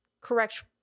correct